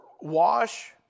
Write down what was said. wash